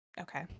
okay